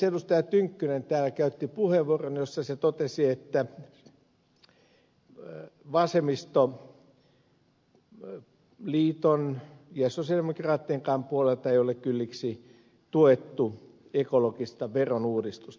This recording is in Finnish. tynkkynen täällä käytti puheenvuoron jossa hän totesi että vasemmistoliiton ja sosialidemokraattienkaan puolelta ei ole kylliksi tuettu ekologista verouudistusta